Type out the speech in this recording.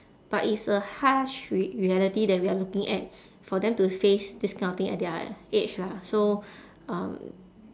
but it's a harsh re~ reality that we are looking at for them to face this kind of thing at their age lah so um